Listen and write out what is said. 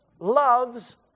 loves